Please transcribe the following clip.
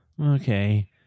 okay